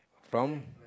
from